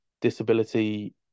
disability